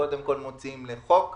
קודם כל מוציאים לחוק,